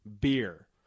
beer